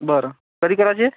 बरं कधी करायचे